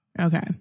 Okay